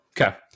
Okay